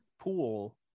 pool